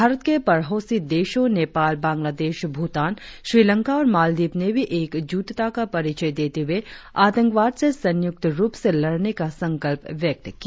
भारत के पड़ोसी देशों नेपाल बांग्लादेश भूटान श्रीलंका और मालदीव ने भी एकजुटता का परिचय देते हुए आतंकवाद से संयुक्त रुप से लड़ने का संकल्प व्यक्त किया